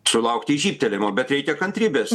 sulaukti žybtelėjimo bet reikia kantrybės